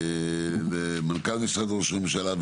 ומנכ"ל משרד הראש הממשלה,